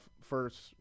first